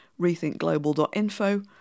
rethinkglobal.info